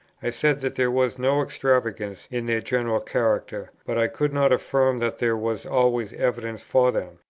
i said that there was no extravagance in their general character, but i could not affirm that there was always evidence for them.